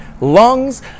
lungs